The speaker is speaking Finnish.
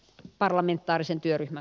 parlamentaarisen työryhmä